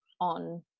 on